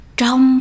trong